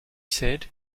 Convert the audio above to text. said